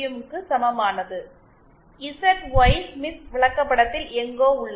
0 க்கு சமமானது Z Y Smith விளக்கப்படத்தில் எங்கோ உள்ளது